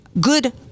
good